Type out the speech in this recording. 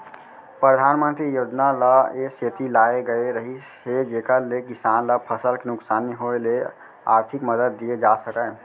परधानमंतरी योजना ल ए सेती लाए गए रहिस हे जेकर ले किसान ल फसल के नुकसानी होय ले आरथिक मदद दिये जा सकय